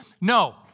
no